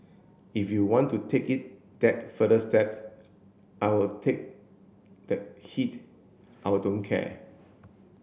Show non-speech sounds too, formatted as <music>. if you want to take it that further steps I will take the heat I <unintelligible> don't care